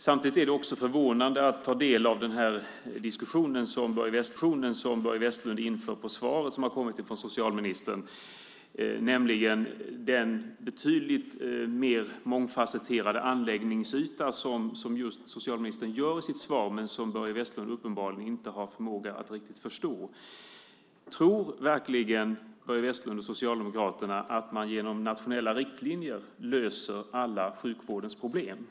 Samtidigt är det också förvånande att ta del av den diskussion som Börje Vestlund för baserat på svaret från socialministern med tanke på den betydligt mer mångfasetterade anläggningsyta som socialministern har i sitt svar men som Börje Vestlund uppenbarligen inte har förmågan att riktigt förstå. Tror verkligen Börje Vestlund och Socialdemokraterna att man genom nationella riktlinjer löser alla sjukvårdens problem?